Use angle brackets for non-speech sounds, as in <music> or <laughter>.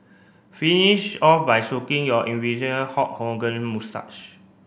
finish off by <unintelligible> your <unintelligible> Hulk Hogan moustache